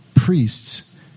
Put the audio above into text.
priests